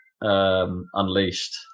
Unleashed